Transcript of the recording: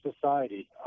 society